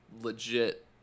legit